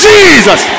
Jesus